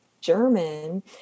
German